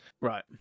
Right